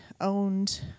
owned